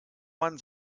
man